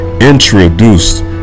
introduced